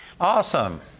Awesome